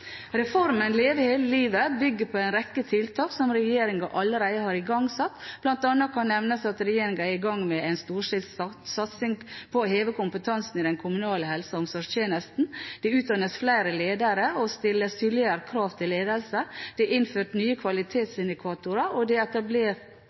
Reformen Leve hele livet bygger på en rekke tiltak som regjeringen allerede har igangsatt. Blant annet kan nevnes at regjeringen er i gang med en storstilt satsing på å heve kompetansen i den kommunale helse- og omsorgstjenesten. Det utdannes flere ledere og stilles tydeligere krav til ledelse. Det er innført nye